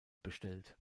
bestellt